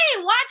watch